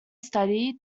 study